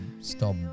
stop